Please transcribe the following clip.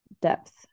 depth